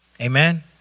Amen